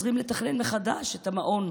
חוזרים לתכנן מחדש את המעון